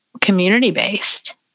community-based